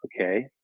Okay